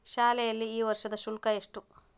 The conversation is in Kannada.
ಶಾಲೆಯಲ್ಲಿ ಈ ವರ್ಷದ ಶುಲ್ಕ ಎಷ್ಟು?